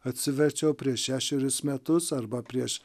atsiverčiau prieš šešerius metus arba prieš